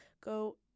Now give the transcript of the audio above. go